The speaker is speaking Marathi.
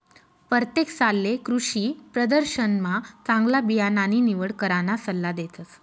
परतेक सालले कृषीप्रदर्शनमा चांगला बियाणानी निवड कराना सल्ला देतस